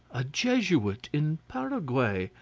a jesuit in paraguay!